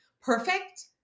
perfect